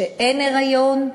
כשאין היריון,